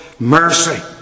mercy